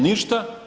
Ništa.